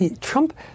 Trump